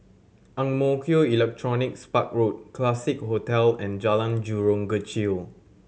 Ang Mo Kio Electronics Park Road Classique Hotel and Jalan Jurong Kechil